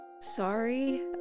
sorry